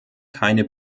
keine